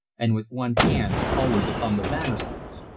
and with one hand always upon the banisters.